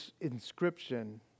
inscription